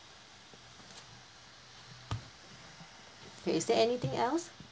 K is there anything else